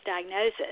diagnosis